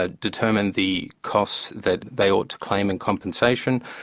ah determine the costs that they ought to claim in compensation.